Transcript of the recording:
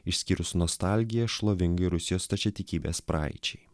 išskyrus nostalgiją šlovingai rusijos stačiatikybės praeičiai